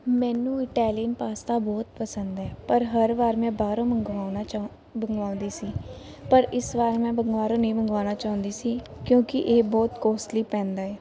ਮੈਨੂੰ Italian pasta ਬਹੁਤ ਪਸੰਦ ਹੈ ਪਰ ਹਰ ਵਾਰ ਮੈਂ ਬਾਹਰੋਂ ਮੰਗਵਾਉਣਾ ਚਾ ਮੰਗਵਾਉਂਦੀ ਸੀ ਪਰ ਇਸ ਵਾਰ ਮੈਂ ਬਾਹਰੋਂ ਨਹੀਂ ਮੰਗਵਾਉਣਾ ਚਾਹੁੰਦੀ ਸੀ ਕਿਉਂਕਿ ਇਹ ਬਹੁਤ ਕੋਸਟਲੀ ਪੈਂਦਾ ਹੈ